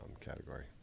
category